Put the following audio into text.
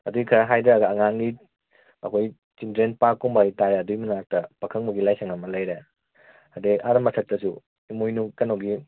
ꯑꯗꯨꯗꯒꯤ ꯈꯔ ꯍꯥꯏꯊꯔꯒ ꯑꯉꯥꯡꯒꯤ ꯑꯈꯣꯏ ꯆꯤꯜꯗ꯭ꯔꯦꯟ ꯄꯥꯔꯛ ꯀꯨꯝꯕ ꯍꯥꯏꯇꯔꯦ ꯑꯗꯨꯏ ꯃꯅꯥꯛꯇ ꯄꯥꯈꯪꯕꯒꯤ ꯂꯥꯏꯁꯪ ꯑꯃ ꯂꯩꯔꯦ ꯑꯗꯒꯤ ꯑꯥ ꯃꯊꯛꯇꯥꯁꯨ ꯏꯃꯣꯏꯅꯨ ꯀꯩꯅꯣꯒꯤ